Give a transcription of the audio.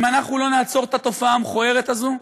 אם אנחנו לא נעצור את התופעה המכוערת הזאת,